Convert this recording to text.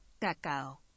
Cacao